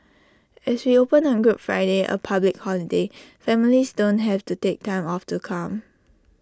as we open on good Friday A public holiday families don't have to take time off to come